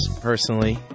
personally